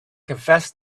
confessed